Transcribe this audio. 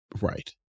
Right